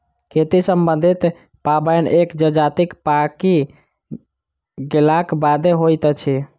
खेती सम्बन्धी पाबैन एक जजातिक पाकि गेलाक बादे होइत अछि